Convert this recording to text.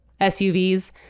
SUVs